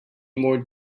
more